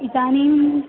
इदानीम्